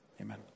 Amen